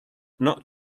not